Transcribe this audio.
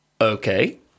Okay